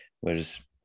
Whereas